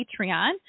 Patreon